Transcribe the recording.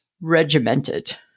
regimented